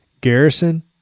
Garrison